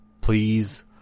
please